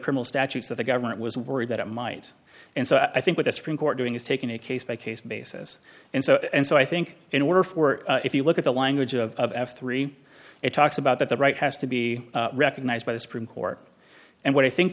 criminal statutes that the government was worried that it might and so i think what the supreme court doing is taking a case by case basis and so and so i think in order for if you look at the language of f three it talks about that the right has to be recognized by the supreme court and what